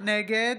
נגד